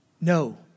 no